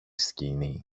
σκηνή